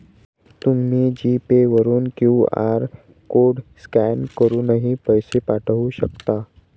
तुम्ही G Pay वरून QR code scan करूनही पैसे पाठवू शकता